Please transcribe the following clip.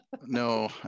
No